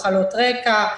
מחלות רקע,